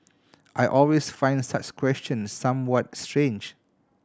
I always find such questions somewhat strange